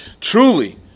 truly